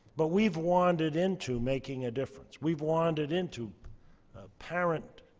but we've wandered into making a difference. we've wandered into parent